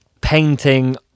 painting